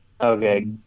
Okay